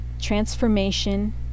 transformation